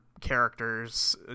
characters